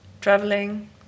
traveling